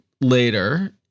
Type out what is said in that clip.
later